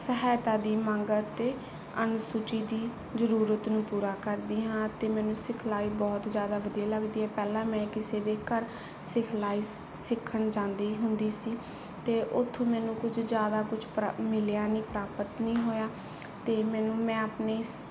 ਸਹਾਇਤਾ ਦੀ ਮੰਗ ਅਤੇ ਅਨੁਸੂਚੀ ਦੀ ਜ਼ਰੂਰਤ ਨੂੰ ਪੂਰਾ ਕਰਦੀ ਹਾਂ ਅਤੇ ਮੈਨੂੰ ਸਿਖਲਾਈ ਬਹੁਤ ਜ਼ਿਆਦਾ ਵਧੀਆ ਲੱਗਦੀ ਹੈ ਪਹਿਲਾਂ ਮੈਂ ਕਿਸੇ ਦੇ ਘਰ ਸਿਖਲਾਈ ਸਿੱਖਣ ਜਾਂਦੀ ਹੁੰਦੀ ਸੀ ਅਤੇ ਉੱਥੋਂ ਮੈਨੂੰ ਕੁਝ ਜ਼ਿਆਦਾ ਕੁਝ ਮਿਲਿਆ ਨਹੀਂ ਪ੍ਰਾਪਤ ਨਹੀਂ ਹੋਇਆ ਅਤੇ ਮੈਨੂੰ ਮੈਂ ਆਪਣੇ ਇਸ